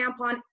tampon